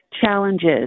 challenges